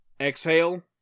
exhale